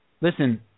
Listen